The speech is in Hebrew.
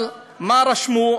אבל מה רשמו?